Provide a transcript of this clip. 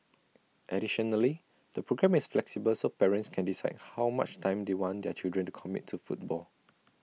additionally the programme is flexible so parents can decide how much time they want their child to commit to football